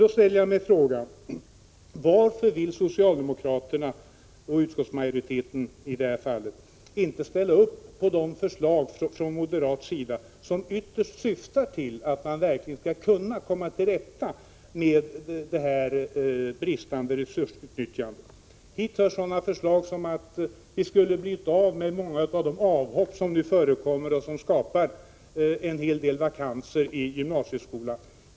Jag ställer mig dock frågan varför socialdemokraterna och i det här fallet utskottsmajoriteten inte vill tillmötesgå de förslag från moderat håll som ytterst syftar till att man skall kunna komma till rätta med det bristande resursutnyttjandet. Hit hör förslag syftande till att förebygga många av de avhopp som nu förekommer och som skapar en hel del vakanser i gymnasieskolan.